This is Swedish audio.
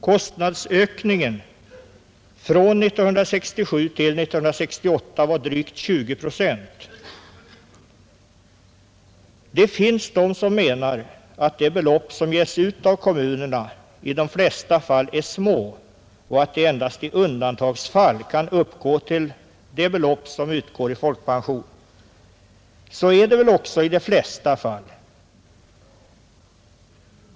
Kostnadsökningen från år 1967 till år 1968 var drygt 20 procent. Det finns de som menar att de belopp som ges ut av kommunerna i de flesta fall är små och att de endast i undantagsfall kan uppgå till det belopp som utgår i folkpension. Så är det väl också i de flesta fall.